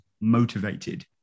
motivated